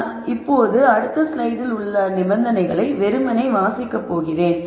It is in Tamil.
நான் இப்போது அடுத்த ஸ்லைடில் உள்ள நிபந்தனைகளை வெறுமனே வாசிக்க போகிறேன்